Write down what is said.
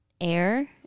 air